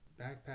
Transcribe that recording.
backpack